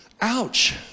Ouch